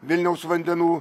vilniaus vandenų